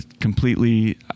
completely